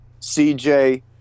CJ